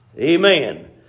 Amen